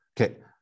Okay